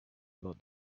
about